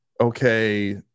okay